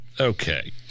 okay